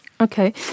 Okay